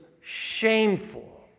shameful